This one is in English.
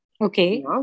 Okay